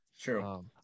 True